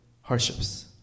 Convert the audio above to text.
hardships